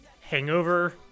hangover